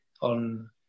on